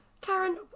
karen